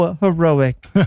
heroic